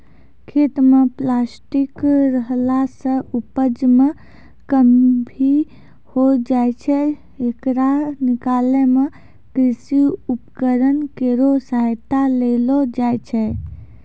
खेत म प्लास्टिक रहला सें उपज मे कमी होय जाय छै, येकरा निकालै मे कृषि उपकरण केरो सहायता लेलो जाय छै